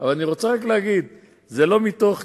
אבל השדולות כבר פורחות.